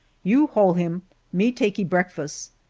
you hole-ee him me takee bleckfus.